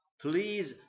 please